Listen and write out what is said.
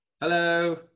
hello